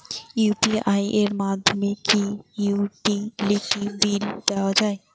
UPI এর মাধ্যমে কি ইউটিলিটি বিল দেওয়া যায়?